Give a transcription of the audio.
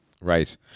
Right